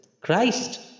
Christ